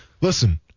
listen